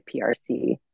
PRC